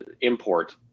import